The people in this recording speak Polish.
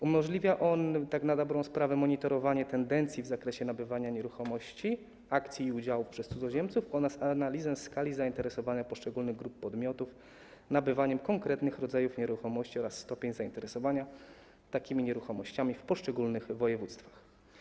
Umożliwia on monitorowanie tendencji w zakresie nabywania nieruchomości, akcji i udziałów przez cudzoziemców oraz analizę skali zainteresowania poszczególnych grup podmiotów nabywaniem konkretnych rodzajów nieruchomości oraz stopień zainteresowania takimi nieruchomościami w poszczególnych województwach.